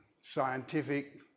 scientific